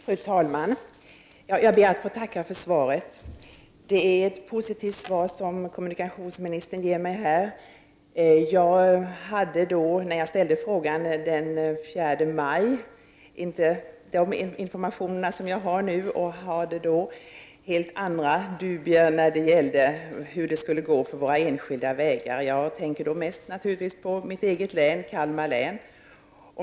Fru talman! Jag ber att få tacka för svaret. Kommunikationsministern ger mig här ett positivt svar. När jag ställde frågan den 4 maj hade jag inte den information som jag har nu, utan jag hade då vissa dubier när det gäller hur det skall gå för våra enskilda vägar. Jag tänker mest på mitt eget län, Kalmar län.